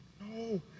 No